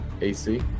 AC